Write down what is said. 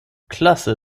klasse